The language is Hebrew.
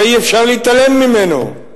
הרי אי-אפשר להתעלם ממנו.